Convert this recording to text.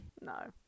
No